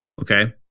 Okay